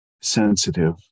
sensitive